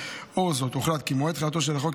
לאור זאת הוחלט כי מועד תחילתו של החוק